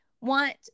want